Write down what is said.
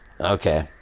Okay